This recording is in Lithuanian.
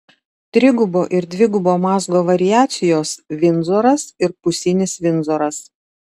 trigubo ir dvigubo mazgo variacijos vindzoras ir pusinis vindzoras